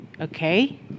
Okay